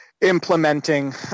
implementing